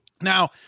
Now